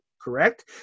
correct